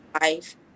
life